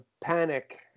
panic